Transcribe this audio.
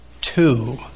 two